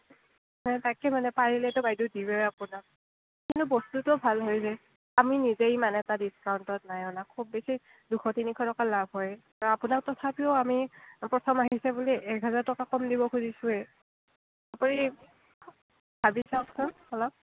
অঁ তাকে মানে পাৰিলেতো বাইদেউ দিওয়ে আপোনাক কিন্তু বস্তুটো ভাল হ'ল যে আমি নিজেই ইমান এটা ডিচকাউণ্টত নাই অনা খুব বেছি দুশ তিনিশ টকা লাভ হয় আৰু আপোনাক তথাপিও আমি প্ৰথম আহিছে বুলি একহাজাৰ টকা কম দিব খুজিছোৱে এই ভাবি চাওঁকচোন অলপ